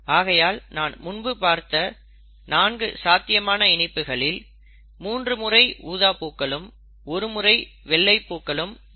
ஆகையால் நாம் முன்பு பார்த்த நான்கு சாத்தியமான இணைப்புகளில் 3 முறை ஊத பூக்களும் ஒரு முறை வெள்ளை பூக்களும் தோன்றும்